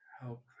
help